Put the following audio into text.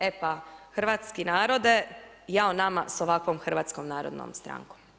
E pa hrvatski narode jao nama sa ovakvom Hrvatskom narodnom strankom!